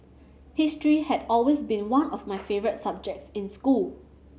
history had always been one of my favourite subjects in school